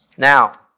Now